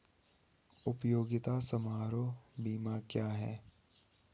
उपयोगिता समारोह बीमा क्या है?